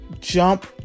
jump